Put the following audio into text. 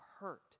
hurt